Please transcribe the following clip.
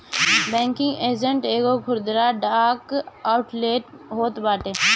banking agent एगो खुदरा डाक आउटलेट होत बाटे